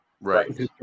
right